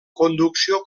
conducció